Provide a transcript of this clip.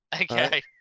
Okay